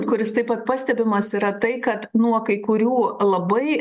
kuris taip pat pastebimas yra tai kad nuo kai kurių labai